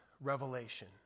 Revelation